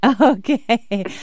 Okay